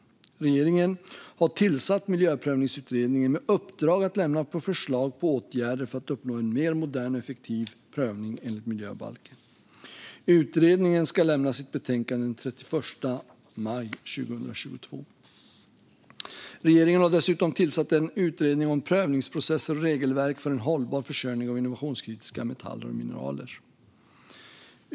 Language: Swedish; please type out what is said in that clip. Regeringen har tillsatt Miljöprövningsutredningen med uppdrag att lämna förslag på åtgärder för att uppnå en mer modern och effektiv prövning enligt miljöbalken. Utredningen ska lämna sitt betänkande den 31 maj 2022. Regeringen har dessutom tillsatt en utredning om prövningsprocesser och regelverk för en hållbar försörjning av innovationskritiska metaller och mineral .